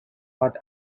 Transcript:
fat